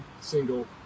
single